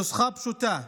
הנוסחה פשוטה: